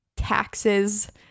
taxes